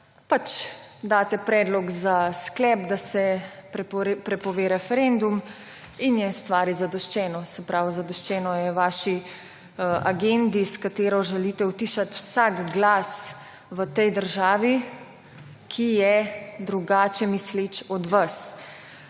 daste predlog za sklep, da se prepove referendum in je stvari zadoščeno. Se pravi, zadoščeno je vaši agendi, s katero želite utišati vsak glas v tej državi, ki je drugače misleč od vas.